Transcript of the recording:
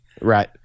Right